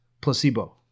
placebo